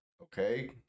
okay